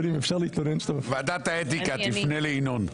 ועדת האתיקה תפנה לינון.